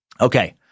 Okay